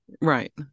Right